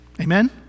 Amen